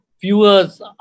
viewers